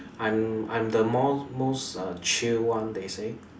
I'm I'm the more most uh chill one they say